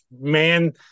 man